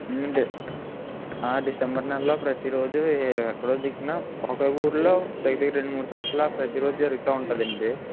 అవునండి డిసెంబర్ నెలలో ప్రతీరోజు ఎక్కడోదిక్కున ఒకే ఊర్లో దగ్గరదగ్గర రెండు మూడు చోట్ల ప్రతీరోజు జరుగుతూ ఉంటుందండి